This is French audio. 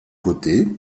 côté